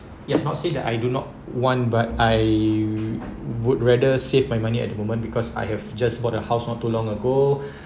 ya not say that I do not want but I would rather save my money at the moment because I have just bought a house not too long ago